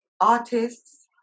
artists